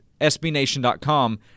sbnation.com